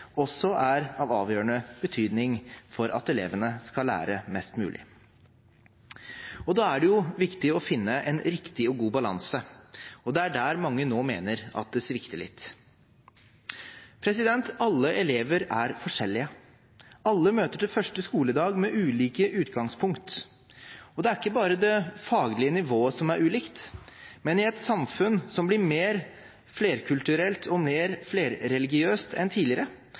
også er av avgjørende betydning for at elevene skal lære mest mulig. Da er det viktig å finne en riktig og god balanse, og det er der mange nå mener at det svikter litt. Alle elever er forskjellige. Alle møter til første skoledag med ulike utgangspunkt, og det er ikke bare det faglige nivået som er ulikt, men i et samfunn som blir mer flerkulturelt og mer flerreligiøst enn tidligere,